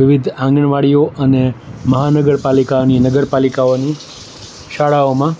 વિવિધ આંગણવાડીઓ અને મહાનગરપાલિકાની નગરપાલિકાઓની શાળાઓમાં